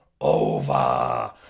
over